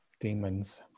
demons